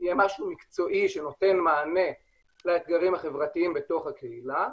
שיהיה משהו מקצועי שנותן מענה לאתגרים החברתיים בתוך הקהילה,